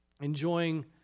enjoying